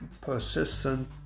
persistent